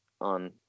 on